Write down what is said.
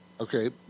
Okay